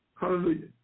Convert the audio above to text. Hallelujah